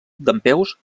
dempeus